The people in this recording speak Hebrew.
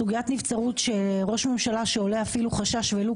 סוגיית נבצרות של ראש ממשלה שעולה אפילו חשש ולו